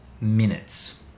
minutes